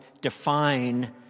define